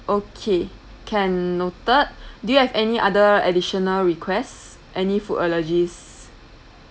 okay can noted do you have any other additional requests any food allergies